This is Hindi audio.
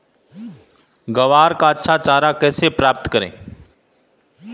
ग्वार का अच्छा चारा कैसे प्राप्त करें?